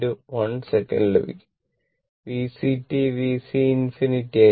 1 second ലഭിക്കും VCt VC ∞ ആയിരിക്കും